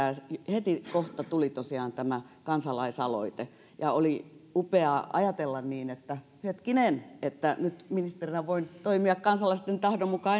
hetikohta tuli tosiaan tämä kansalaisaloite oli upeaa ajatella että hetkinen nyt ministerinä voin toimia kansalaisten tahdon mukaan